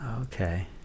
Okay